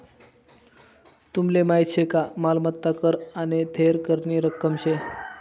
तुमले माहीत शे का मालमत्ता कर आने थेर करनी रक्कम शे